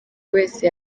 wese